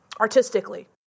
artistically